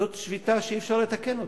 זו שביתה שאי-אפשר לתקן אותה.